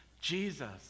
Jesus